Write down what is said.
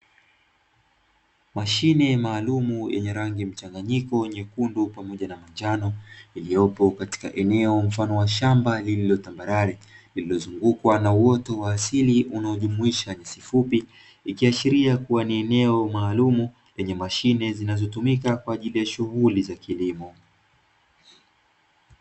Mashine maalumu yenye rangi mchanganyiko nyekundu pamoja na njano iliyopo katika eneo mfano wa shamba lililo tambarare iliyozungukwa na uoto wa asili unaojumuisha nyasi fupi ikiashiria kuwa ni eneo maalumu yenye mashine zinazotumika kwa ajili ya shughuli za kilimo.